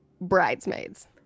Bridesmaids